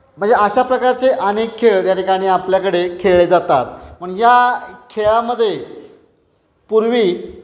म्हणजे अशा प्रकारचे अनेक खेळ त्या ठिकाणी आपल्याकडे खेळले जातात म्हणून या खेळामध्ये पूर्वी